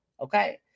okay